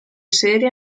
serie